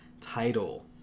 title